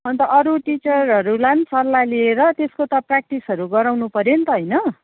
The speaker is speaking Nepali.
अन्त अरू टिचरहरूलाई पनि सल्लाह लिएर त्यसको त प्र्याक्टिसहरू गराउनुपर्यो नि त होइन